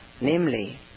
namely